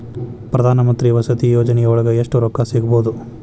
ಪ್ರಧಾನಮಂತ್ರಿ ವಸತಿ ಯೋಜನಿಯೊಳಗ ಎಷ್ಟು ರೊಕ್ಕ ಸಿಗಬೊದು?